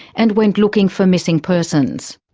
and went looking for missing persons.